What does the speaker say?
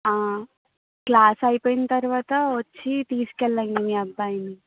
class అయిపోయిన తర్వాత వచ్చి తీసుకెళ్ళండి మీ అబ్బాయిని